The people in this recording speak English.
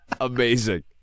amazing